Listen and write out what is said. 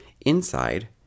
Inside